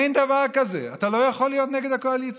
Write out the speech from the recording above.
אין דבר כזה, אתה לא יכול להיות נגד הקואליציה.